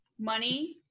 Money